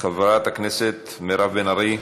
חברת הכנסת מירב בן ארי,